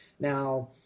Now